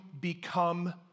become